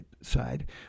side